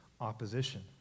opposition